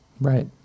right